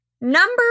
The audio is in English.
Number